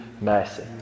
mercy